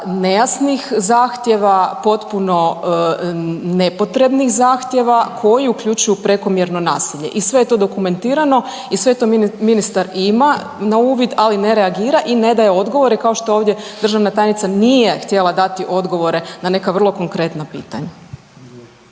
nejasnih zahtjeva, potpuno nepotrebnih zahtjeva koji uključuju prekomjerno nasilje i sve je to dokumentirano i sve to ministar ima na uvid, ali ne reagira i ne daje odgovore, kao što ovdje državna tajnica nije htjela dati odgovore na neka vrlo konkretna pitanja.